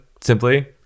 simply